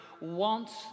wants